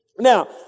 Now